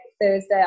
Thursday